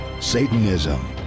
Satanism